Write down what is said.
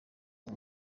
nta